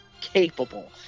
capable